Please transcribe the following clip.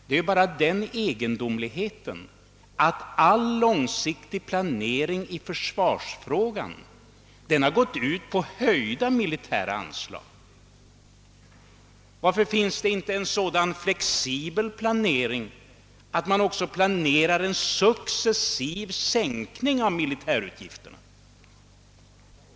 Det egendomliga är bara att all långsiktig planering i försvarsfrågan har gått ut på höjda militäranslag. Varför finns det inte en planering som är flexibel på så sätt att man planerar en successiv sänkning av militärutgifterna?